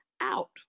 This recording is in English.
out